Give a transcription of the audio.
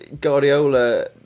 Guardiola